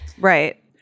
right